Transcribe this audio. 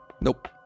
Nope